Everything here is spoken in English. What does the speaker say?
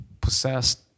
possessed